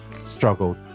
struggled